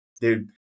Dude